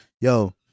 yo